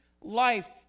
life